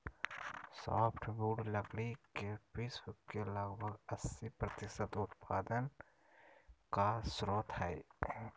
softwood लकड़ी के विश्व के लगभग अस्सी प्रतिसत उत्पादन का स्रोत हइ